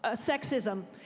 ah sexism.